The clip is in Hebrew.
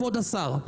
כבוד השר,